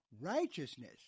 Righteousness